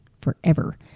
forever